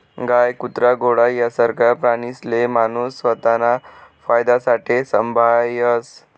गाय, कुत्रा, घोडा यासारखा प्राणीसले माणूस स्वताना फायदासाठे संभायस